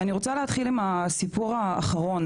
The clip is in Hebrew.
ואני רוצה להתחיל עם הסיפור האחרון